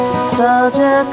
Nostalgia